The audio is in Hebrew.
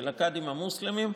של הקאדים המוסלמים,